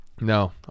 No